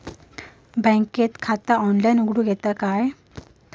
बँकेत खाता ऑनलाइन उघडूक येता काय?